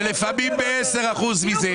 לפעמים ב-10 אחוזים מזה.